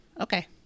Okay